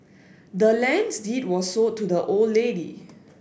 the land's deed was sold to the old lady